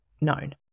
known